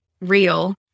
real